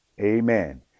amen